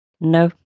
No